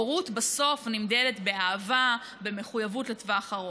הורות, בסוף, נמדדת באהבה ובמחויבות לטווח ארוך.